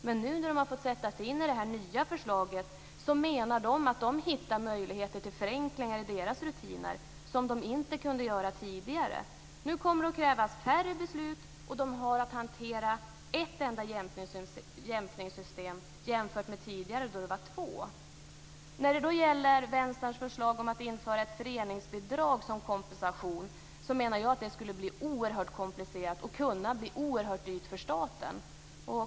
Men nu, när de har fått sätta sig i det nya förslaget, menar de att de hittar möjligheter till förenklingar i sina rutiner som de inte kunde hitta tidigare. Nu kommer det att krävas färre beslut, och de har att hantera ett enda jämkningssystem jämfört med två, som det var tidigare. Vänstern har ett förslag om att införa ett föreningsbidrag som kompensation. Jag menar att detta skulle bli oerhört komplicerat och kunna bli oerhört dyrt för staten.